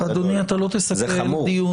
זה חמור.